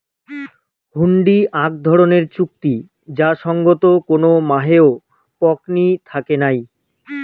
হুন্ডি আক ধরণের চুক্তি যার সঙ্গত কোনো মাহও পকনী থাকে নাই